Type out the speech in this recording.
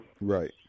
Right